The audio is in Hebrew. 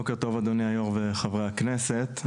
בוקר טוב אדוני היו"ר וחברי הכנסת,